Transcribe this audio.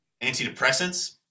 antidepressants